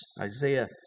Isaiah